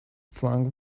flung